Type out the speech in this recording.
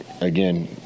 again